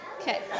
Okay